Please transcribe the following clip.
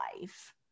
life